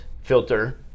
filter